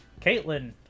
caitlin